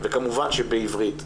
וכמובן שבעברית.